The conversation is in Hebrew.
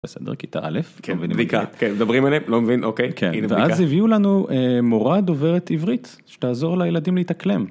בסדר כיתה א', מדברים עליהם, לא מבין אוקיי, ואז הביאו לנו מורה דוברת עברית שתעזור לילדים להתאקלם.